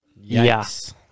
Yes